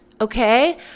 Okay